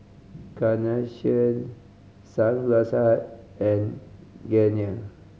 Carnation Sunglass Hut and Garnier